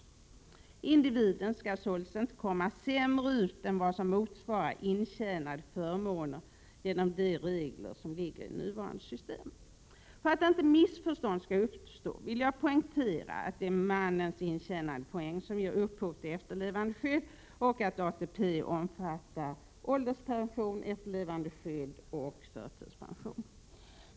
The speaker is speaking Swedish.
Individen skall således inte komma sämre ut än vad som motsvarar intjänade förmåner genom de regler som ligger i nuvarande system. För att inte missförstånd skall uppstå vill jag poängtera att det är mannens intjänade poäng som ger upphov till efterlevandeskyddet och att ATP omfattar ålderspension, efterlevandeskydd och förtidspension.